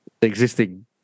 existing